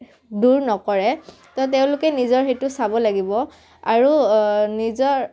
দূৰ নকৰে তো তেওঁলোকে নিজৰ সেইটো চাব লাগিব আৰু নিজৰ